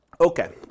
Okay